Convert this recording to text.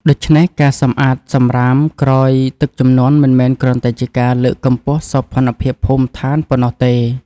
ដូច្នេះ ការសម្អាតសម្រាមក្រោយទឹកជំនន់មិនមែនគ្រាន់តែជាការលើកកម្ពស់សោភណភាពភូមិដ្ឋានប៉ុណ្ណោះទេ។